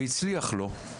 והצליח לו,